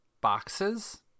Boxes